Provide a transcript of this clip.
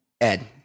Ed